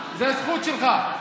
זו הזכות שלך.